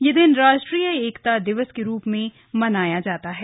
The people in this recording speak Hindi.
ये दिन राष्ट्रीय एकता दिवस के रूप में भी मनाया जाता है